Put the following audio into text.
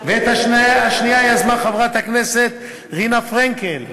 ואת השנייה יזמו חברת הכנסת רינה פרנקל ואנוכי.